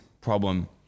problem